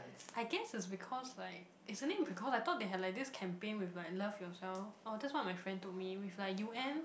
I guess is because like isn't it because I thought they have like this campaign with like love yourself oh that's what my friend told me which like U_N